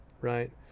right